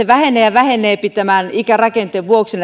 vähenee ja vähenee ikärakenteen vuoksi